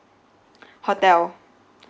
hotel